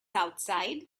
outside